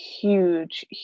huge